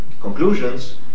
conclusions